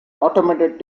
automated